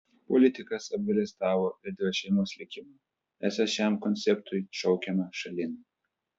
politikas apgailestavo ir dėl šeimos likimo esą šiam konceptui šaukiama šalin